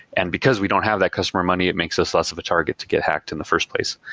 and because we don't have the customer money, it makes us less of a target to get hacked in the first place.